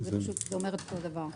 זה ממש אותו דבר.